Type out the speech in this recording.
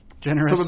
Generous